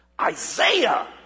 Isaiah